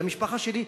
למשפחה שלי,